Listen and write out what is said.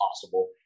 possible